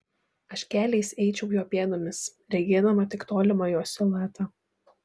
aš keliais eičiau jo pėdomis regėdama tik tolimą jo siluetą